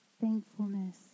thankfulness